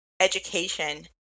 education